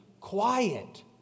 quiet